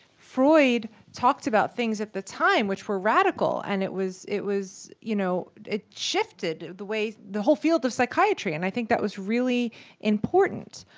freud talked about things at the time which were radical, and it was it was, you know, it shifted the way the whole field of psychiatry, and i think that was really important,